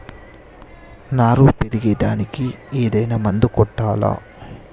నారు పెరిగే దానికి ఏదైనా మందు కొట్టాలా?